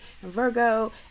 Virgo